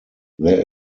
there